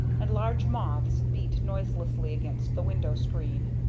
and large moths beat noiselessly against the window screen.